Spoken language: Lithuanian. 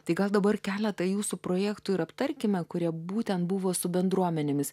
tai gal dabar keletą jūsų projektų ir aptarkime kurie būtent buvo su bendruomenėmis